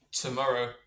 Tomorrow